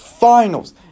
Finals